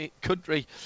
country